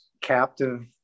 captive